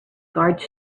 guards